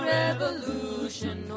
revolution